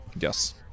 yes